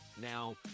Now